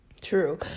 True